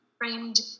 framed